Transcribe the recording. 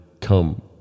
come